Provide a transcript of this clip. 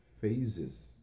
phases